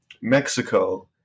Mexico